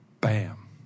Bam